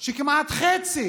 שהוא כמעט חצי